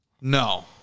No